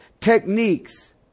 techniques